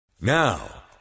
Now